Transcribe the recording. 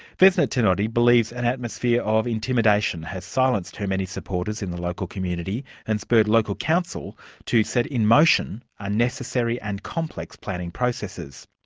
vesna tenodi believes an atmosphere of intimidation has silenced her many supporters in the local community and spurred the local council to set in motion unnecessary and complex planning processes.